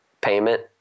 payment